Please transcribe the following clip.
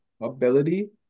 ability